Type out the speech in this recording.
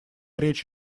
речь